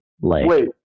Wait